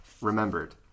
remembered